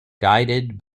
guided